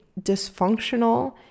dysfunctional